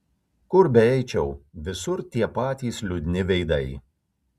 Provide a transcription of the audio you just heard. kur beeičiau visur tie patys liūdni veidai